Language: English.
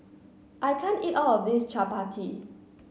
I can't eat all of this Chapati